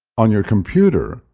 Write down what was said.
on your computer,